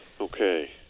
Okay